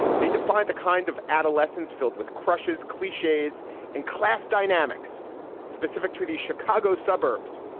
they defined the kind of adolescence filled with crushes, cliches and class dynamics specific to the chicago suburbs.